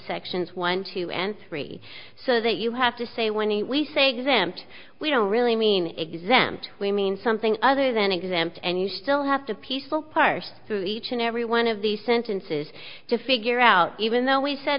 sections one two and three so that you have to say when the we say exempt we don't really mean exempt we mean something other than exempt and you still have to peaceful parse through each and every one of these sentences to figure out even though we sa